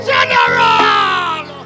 General